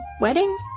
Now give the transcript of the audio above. wedding